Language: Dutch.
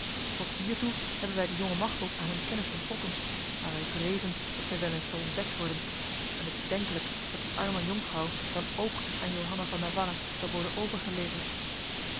tot hier toe hebben wij de jonge machteld aan hun kennis onttrokken maar wij vrezen dat zij wel eens zal ontdekt worden en het is denkelijk dat die arme jonkvrouw dan ook aan johanna van navarra zal worden overgeleverd